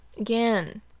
again